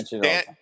Dan